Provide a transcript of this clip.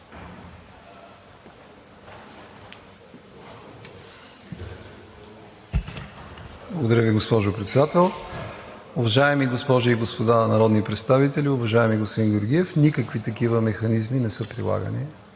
Ви, госпожо Председател. Уважаеми госпожи и господа народни представители! Уважаеми господин Георгиев, никакви такива механизми не са прилагани